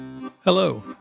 hello